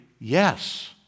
yes